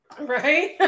right